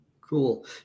Cool